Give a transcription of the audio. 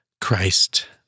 Christ